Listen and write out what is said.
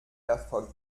erfolg